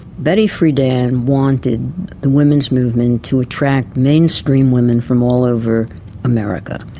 betty friedan wanted the women's movement to attract mainstream women from all over america,